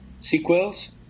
sequels